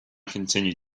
continued